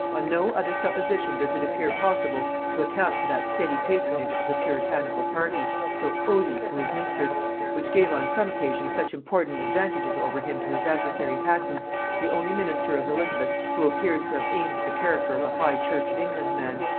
on no other supposition does it appear possible to account for that steady patronage of the puritanical party so odious to his mistress which gave on some occasions such important advantages over him to his adversary hatton the only minister of elizabeth who appears to have aimed at the character of a high church-of-england man.